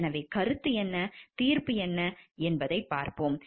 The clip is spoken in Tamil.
எனவே கருத்து என்ன தீர்ப்பு என்ன என்பதைப் பார்ப்போம்